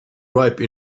ripe